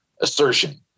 assertion